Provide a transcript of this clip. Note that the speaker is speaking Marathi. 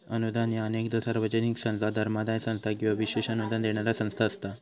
अनुदान ह्या अनेकदा सार्वजनिक संस्था, धर्मादाय संस्था किंवा विशेष अनुदान देणारा संस्था असता